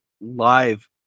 live